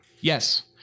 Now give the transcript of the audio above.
Yes